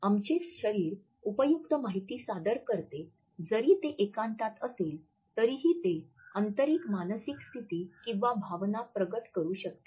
आमचे शरीर उपयुक्त माहिती सादर करते जरी ते एकांतात असेल तरीही ते आंतरिक मानसिक स्थिती किंवा भावना प्रकट करू शकते